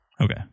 Okay